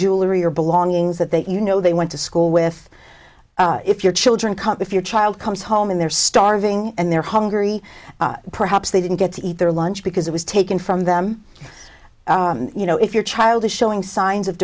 jewelry or belongings that they you know they went to school with if your children come to your child comes home and they're starving and they're hungry perhaps they didn't get to eat their lunch because it was taken from them you know if your child is showing signs of